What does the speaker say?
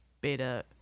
beta